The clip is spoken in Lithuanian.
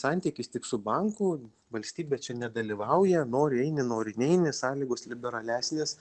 santykis tik su banku valstybė čia nedalyvauja nori eini nori neini sąlygos liberalesnės